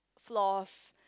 floors